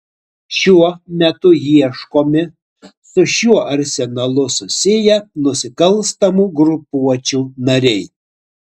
šiuo metu ieškomi su šiuo arsenalu susiję nusikalstamų grupuočių nariai